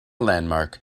landmark